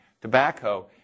tobacco